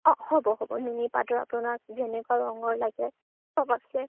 অ হ'ব হ'ব নুনি পাটৰ আপোনাক যেনেকুৱা ৰঙৰ লাগে সব আছে